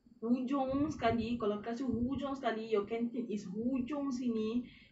hujung sekali kalau kelas you hujung sekali your canteen is hujung sini